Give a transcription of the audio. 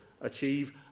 achieve